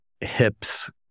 hips